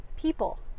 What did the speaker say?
people